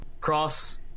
Cross